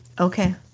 Okay